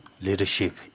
leadership